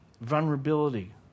vulnerability